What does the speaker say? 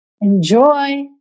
Enjoy